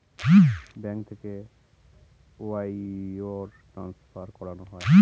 bank থেকে wire transfer করানো হয়